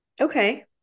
Okay